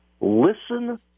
listen